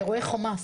אירועי חומ"ס,